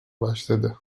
başladı